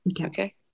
Okay